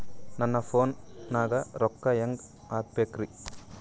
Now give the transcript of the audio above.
ನನ್ನ ಫೋನ್ ನಾಗ ರೊಕ್ಕ ಹೆಂಗ ಹಾಕ ಬೇಕ್ರಿ?